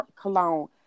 cologne